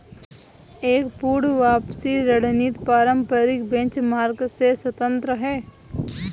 एक पूर्ण वापसी रणनीति पारंपरिक बेंचमार्क से स्वतंत्र हैं